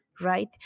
Right